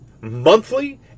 monthly